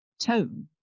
tone